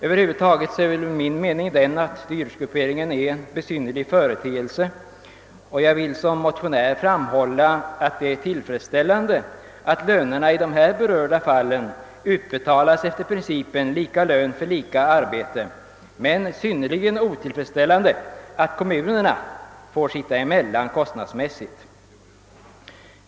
Över huvud taget är jag av den meningen att dyrortsgrupperingen är en besynnerlig företeelse, och jag vill som motionär framhålla att det är riktigt att lönerna i de här berörda fallen utbetalas efter principen lika lön för lika arbete men att det är synnerligen otillfredsställande att kommunerna kostnadsmässigt får sitta emellan.